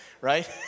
right